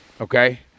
okay